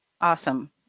Awesome